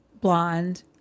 blonde